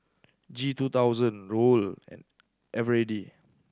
G two thousand Raoul and Eveready